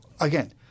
again